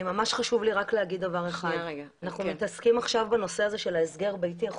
לי להגיד שאנחנו מתעסקים שעכשיו בהסגר הביתי.